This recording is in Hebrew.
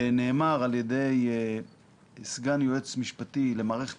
נאמר על ידי סגן היועץ המשפטי למערכת